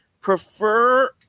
prefer